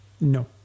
No